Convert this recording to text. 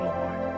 Lord